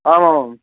आम् आम्